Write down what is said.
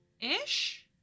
ish